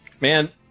man